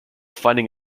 finding